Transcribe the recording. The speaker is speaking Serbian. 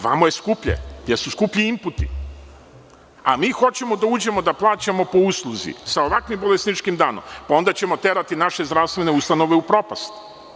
Ovamo je skuplje, jer su skuplji imputi, a mi hoćemo da uđemo da plaćamo po usluzi sa ovakvim bolesničkim danom, onda ćemo terati naše zdravstvene ustanove u propast.